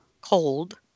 Cold